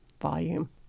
volume